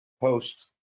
post